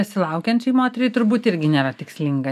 besilaukiančiai moteriai turbūt irgi nėra tikslinga